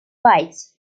bikes